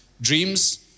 Dreams